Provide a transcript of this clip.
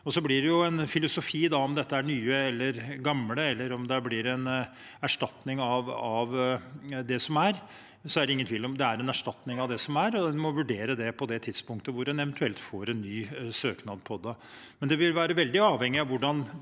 Så kan man filosofere over om dette er nye eller gamle, eller om det blir en erstatning av det som er. Det er ingen tvil om at det er en erstatning av det som er, og en må vurdere det på det tidspunktet en eventuelt får en ny søknad på det.